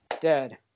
Dead